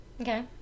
okay